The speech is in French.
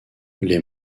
les